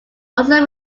also